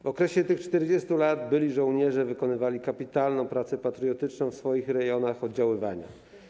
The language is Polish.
W okresie tych 40 lat byli żołnierze wykonywali kapitalną pracę patriotyczną w swoich rejonach oddziaływania.